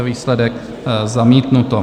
Výsledek: zamítnuto.